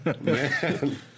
Man